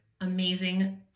amazing